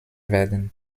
werden